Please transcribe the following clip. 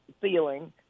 ceiling